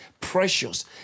precious